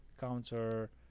counter